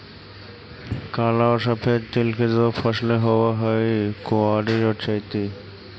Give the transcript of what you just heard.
काला और सफेद तिल की दो फसलें होवअ हई कुवारी और चैती